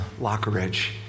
Lockeridge